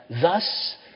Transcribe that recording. thus